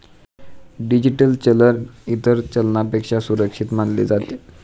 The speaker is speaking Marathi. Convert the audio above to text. डिजिटल चलन इतर चलनापेक्षा सुरक्षित मानले जाते